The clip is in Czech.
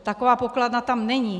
Taková pokladna tam není.